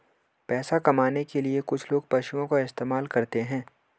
पैसा कमाने के लिए कुछ लोग पशुओं का इस्तेमाल करते हैं